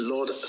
Lord